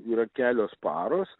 yra kelios paros